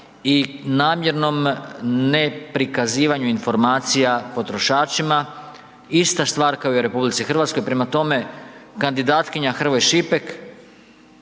i namjernom ne prikazivanju informacija potrošačima. Ista stvar kao i u RH. Prema tome, kandidatkinja Hrvoj Šipek